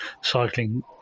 cycling